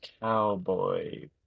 cowboy